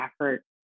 effort